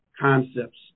concepts